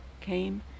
came